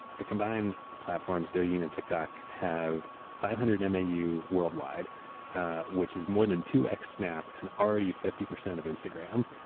the combined platforms douyin and tiktok have five hundred and ah mau worldwide which is more than two x snap and already fifty percent of instagram.